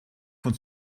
von